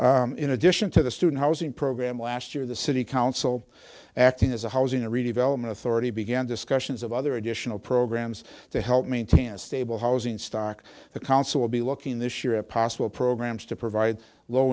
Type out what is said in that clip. there in addition to the student housing program last year the city council acting as a housing redevelopment authority began discussions of other additional programs to help maintain a stable housing stock the council will be looking this year at possible programs to provide low